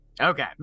Okay